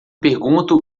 pergunto